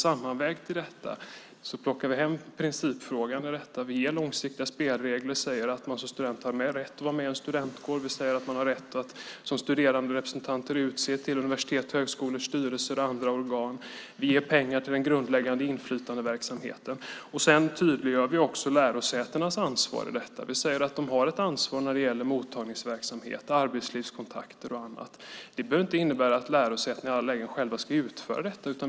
Sammanvägt plockar vi hem principfrågan. Det handlar om långsiktiga spelregler. Man ska som student ha rätt att vara med i en studentkår. Man ska ha rätt att utse studeranderepresentanter till universitets och högskolors styrelser och andra organ. Vi ger pengar till den grundläggande inflytandeverksamheten. Vi tydliggör också lärosätenas ansvar i detta. Vi säger att de har ett ansvar när det gäller mottagningsverksamhet, arbetslivskontakter och annat. Det behöver inte innebära att lärosätena i alla lägen själva ska utföra detta.